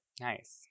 nice